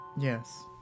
Yes